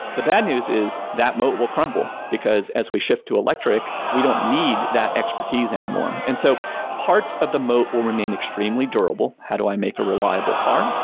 the bad news is that moat will crumble, because as we shift to electric, we don't need that expertise anymore. and so parts of the moat will remain extremely durable. how do i make a reliable car?